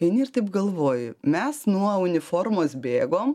eini ir taip galvoji mes nuo uniformos bėgom